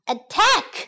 ：“Attack，